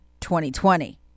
2020